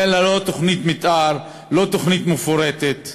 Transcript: אין לה לא תוכנית מתאר, לא תוכנית מפורטת.